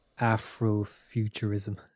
Afrofuturism